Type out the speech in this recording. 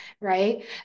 right